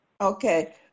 Okay